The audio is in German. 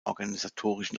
organisatorischen